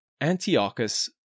Antiochus